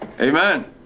Amen